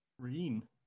Green